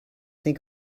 think